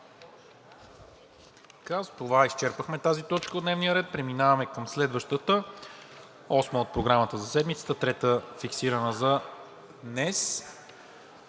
С това изчерпахме тази точка от дневния ред. Преминаваме към следващата точка – осма от Програмата за седмицата, трета фиксирана за днес: